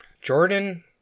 Jordan